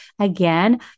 again